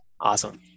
awesome